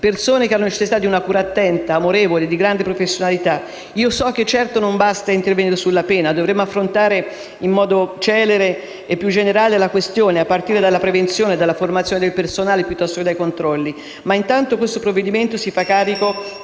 persone che hanno necessità di una cura attenta, amorevole e di grande professionalità. Io so che certo non basta intervenire sulla pena: dovremmo affrontare in modo celere e più generale la questione a partire dalla prevenzione e dalla formazione del personale piuttosto che dai controlli. Ma intanto questo provvedimento si fa carico